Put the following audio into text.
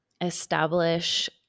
establish